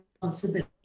responsibility